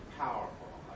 powerful